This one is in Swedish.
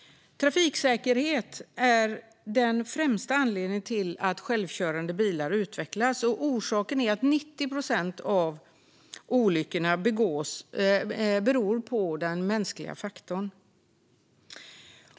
Trafiksäkerhet är den främsta anledningen till att självkörande bilar utvecklas, och orsaken är att 90 procent av olyckorna beror på den mänskliga faktorn.